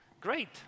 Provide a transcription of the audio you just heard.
Great